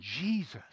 Jesus